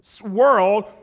world